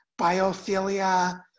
biophilia